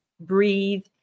breathe